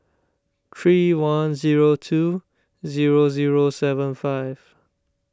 three one zero two zero zero seven five